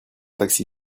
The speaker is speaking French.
taxi